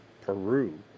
Peru